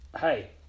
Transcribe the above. hey